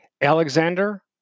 Alexander